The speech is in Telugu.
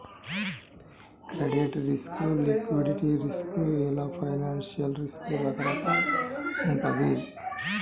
క్రెడిట్ రిస్క్, లిక్విడిటీ రిస్క్ ఇలా ఫైనాన్షియల్ రిస్క్ రకరకాలుగా వుంటది